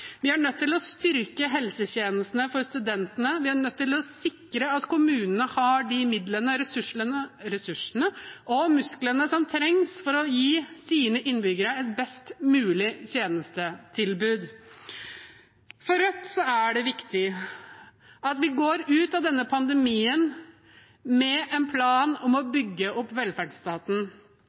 Vi er nødt til å styrke helsetjenestene for studentene, og vi er nødt til å sikre at kommunene har de midlene, ressursene og musklene som trengs for å gi sine innbyggere et best mulig tjenestetilbud. For Rødt er det viktig at vi går ut av denne pandemien med en plan om å bygge opp velferdsstaten.